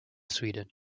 sweden